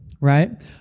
right